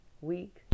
week